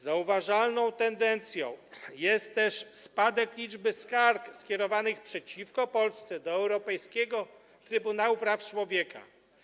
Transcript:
Zauważalną tendencją jest też spadek liczby skarg skierowanych przeciwko Polsce do Europejskiego Trybunału Praw Człowieka.